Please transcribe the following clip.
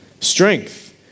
Strength